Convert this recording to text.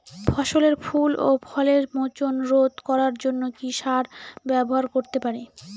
ফসলের ফুল ও ফলের মোচন রোধ করার জন্য কি সার ব্যবহার করতে পারি?